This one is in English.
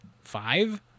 five